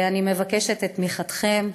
ואני מבקשת את תמיכתכם,